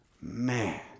Man